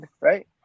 right